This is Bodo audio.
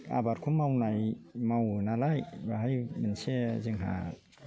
आबादखौ मावनाय मावो नालाय बाहाय मोनसे जोंहा